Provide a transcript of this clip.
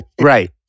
right